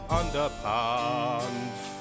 underpants